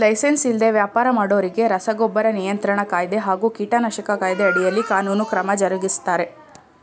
licence ಇಲ್ದೆ ವ್ಯಾಪರ ಮಾಡೋರಿಗೆ ರಸಗೊಬ್ಬರ ನಿಯಂತ್ರಣ ಕಾಯ್ದೆ ಹಾಗೂ ಕೀಟನಾಶಕ ಕಾಯ್ದೆ ಅಡಿಯಲ್ಲಿ ಕಾನೂನು ಕ್ರಮ ಜರುಗಿಸ್ತಾರೆ